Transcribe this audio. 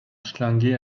schlinguer